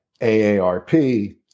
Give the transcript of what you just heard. AARP